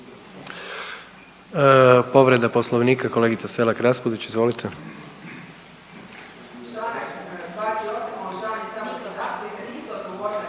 Povreda Poslovnika kolegica Selak Raspudić. Izvolite.